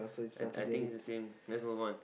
I I think is the same let's move on